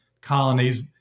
colonies